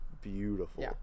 beautiful